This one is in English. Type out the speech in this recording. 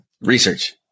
research